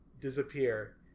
disappear